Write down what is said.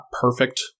perfect